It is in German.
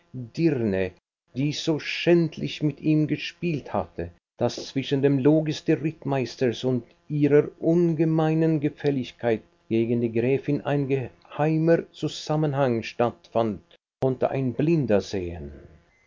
die so schändlich mit ihm gespielt hatte daß zwischen dem logis des rittmeisters und ihrer ungemeinen gefälligkeit gegen die gräfin ein geheimer zusammenhang stattfand konnte ein blinder sehen